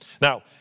Now